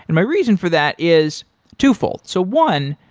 and my reason for that is twofold. so one,